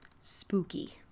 Spooky